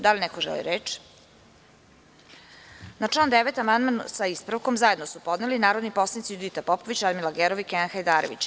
Da li neko želi reč? (Ne.) Na član 9. amandman sa ispravkom zajedno su podneli narodni poslanici Judita Popović, Radmila Gerov i Kenan Hajdarević.